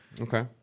Okay